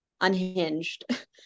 unhinged